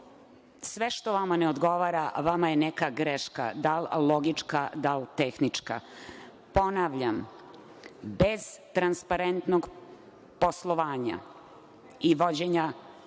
sve što vama ne odgovara, vama je neka greška, dal logička, dal tehnička. Ponavljam, bez transparentnog poslovanja i vođenja